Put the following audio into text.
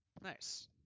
Nice